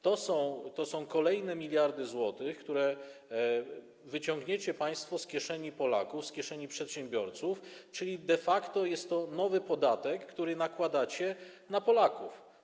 To są kolejne miliardy złotych, które wyciągniecie państwo z kieszeni Polaków, z kieszeni przedsiębiorców, czyli de facto jest to nowy podatek, który nakładacie na Polaków.